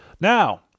Now